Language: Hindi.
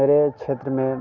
मेरे क्षेत्र में